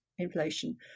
inflation